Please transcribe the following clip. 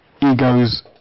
ego's